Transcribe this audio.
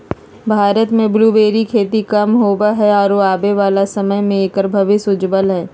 भारत में ब्लूबेरी के खेती कम होवअ हई आरो आबे वाला समय में एकर भविष्य उज्ज्वल हई